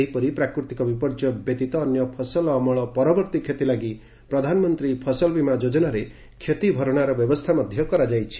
ସେହିପରି ପ୍ରାକୃତିକ ବିପର୍ଯ୍ୟୟ ବ୍ୟତୀତ ଅନ୍ୟ ଫସଲ ଅମଳ ପରବର୍ଭୀ କ୍ଷତି ଲାଗି ପ୍ରଧାନମନ୍ତୀ ଫସଲବୀମା ଯୋଜନାରେ କ୍ଷତି ଭରଣାର ବ୍ୟବସ୍କା ମଧ୍ଧ କରାଯାଇଛି